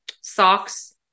socks